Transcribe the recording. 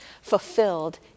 fulfilled